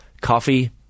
coffee